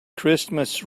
christmas